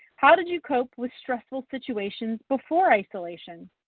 how did you cope with stressful situations before isolation?